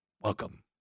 Welcome